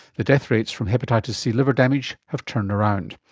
the death rates from hepatitis c liver damage have turned around.